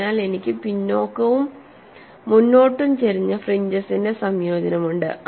അതിനാൽ എനിക്ക് പിന്നോക്കവും മുന്നോട്ടും ചരിഞ്ഞ ഫ്രിഞ്ചെസിന്റെ സംയോജനമുണ്ട്